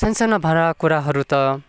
सानो सानो भाँडा कुँडाहरू त